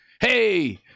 Hey